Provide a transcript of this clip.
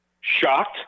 Shocked